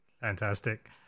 Fantastic